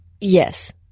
Yes